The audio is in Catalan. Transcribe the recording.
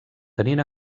tenint